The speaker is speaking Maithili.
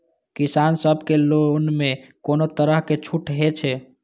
किसान सब के लोन में कोनो तरह के छूट हे छे?